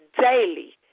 daily